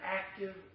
active